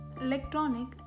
electronic